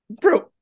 Bro